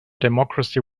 democracy